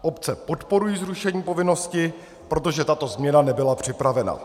Obce podporují zrušení povinnosti, protože tato změna nebyla připravena.